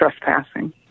trespassing